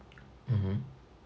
mmhmm